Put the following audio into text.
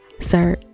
sir